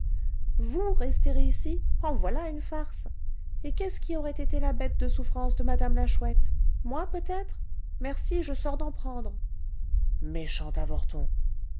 vous rester ici en voilà une farce et qu'est-ce qui aurait été la bête de souffrance de mme la chouette moi peut-être merci je sors d'en prendre méchant avorton